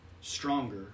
stronger